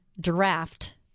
draft